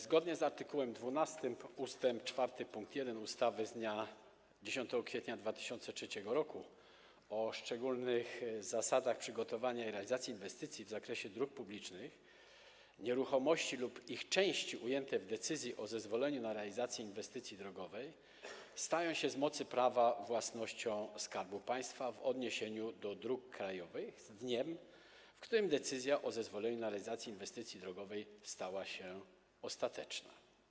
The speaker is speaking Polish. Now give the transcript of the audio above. Zgodnie z art. 12 ust. 4 pkt 1 ustawy z dnia 10 kwietnia 2003 r. o szczególnych zasadach przygotowania i realizacji inwestycji w zakresie dróg publicznych nieruchomości lub ich części ujęte w decyzji o zezwoleniu na realizację inwestycji drogowej stają się z mocy prawa własnością Skarbu Państwa w odniesieniu do dróg krajowych z dniem, w którym decyzja o zezwoleniu na realizację inwestycji drogowej stała się ostateczna.